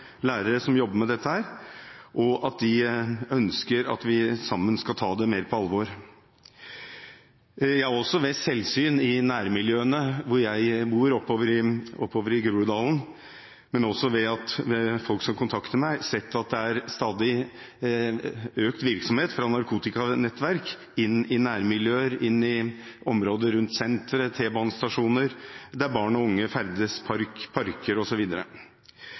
lærere som jobber med dette. De ønsker at vi sammen skal ta det mer på alvor. Jeg har også ved selvsyn i nærmiljøene hvor jeg bor, i Groruddalen, men også ved at folk kontakter meg, sett at det er stadig økt virksomhet fra narkotikanettverk i nærmiljøer, i områder rundt sentre, T-banestasjoner – der barn og unge ferdes – i parker